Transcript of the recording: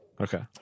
Okay